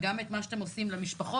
וגם את מה שאתם עושים למשפחות,